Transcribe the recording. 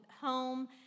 home